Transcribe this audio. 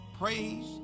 Praise